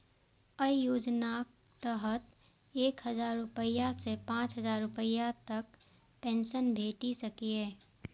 अय योजनाक तहत एक हजार रुपैया सं पांच हजार रुपैया तक पेंशन भेटि सकैए